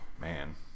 Man